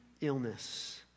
illness